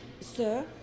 Sir